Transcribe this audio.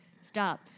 stop